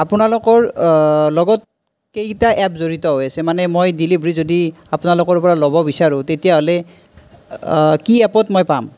আপোনালোকৰ লগত কেইটা এপ জড়িত হৈ আছে মানে মই ডেলিভাৰী যদি আপোনালোকৰ পৰা ল'ব বিচাৰোঁ তেতিয়াহ'লে কি এপত মই পাম